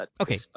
Okay